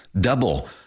Double